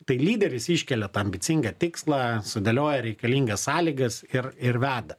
tai lyderis iškelia tą ambicingą tikslą sudėlioja reikalingas sąlygas ir ir veda